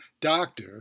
doctor